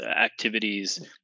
activities